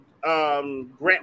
Grant